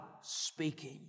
speaking